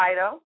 title